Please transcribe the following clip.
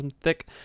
thick